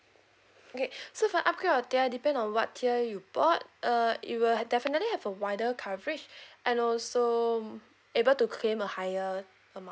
okay so for upgrade of tier depend on what tier you bought uh it will definitely have a wider coverage and also able to claim a higher amount